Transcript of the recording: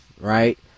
right